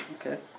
Okay